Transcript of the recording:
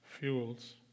fuels